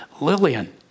Lillian